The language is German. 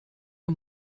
der